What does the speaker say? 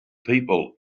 people